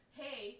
hey